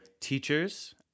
teachers